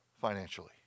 financially